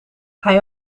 hij